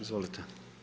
Izvolite.